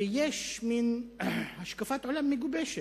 ויש מין השקפת עולם מגובשת: